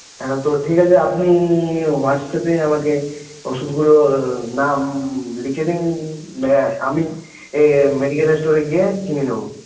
হ্যাঁ তো ঠিক আছে আপনি হোয়াটসঅ্যাপে আমাকে ওষুধগুলোর নাম লিখে দিন আমি মেডিকেল স্টোরে গিয়ে কিনে নেব